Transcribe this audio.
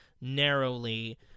narrowly